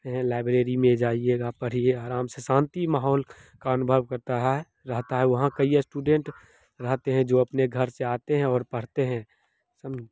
हैं लाइब्रेरी में जाइएगा पढ़िएगा आराम से शान्त माहौल का अनुभव करता है रहता है वहाँ का स्टूडेंट रहते हैं जो अपने घर से आते हैं और पढ़ते हैं सम